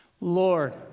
Lord